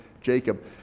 Jacob